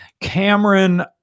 Cameron